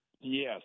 Yes